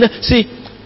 See